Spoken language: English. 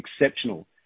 exceptional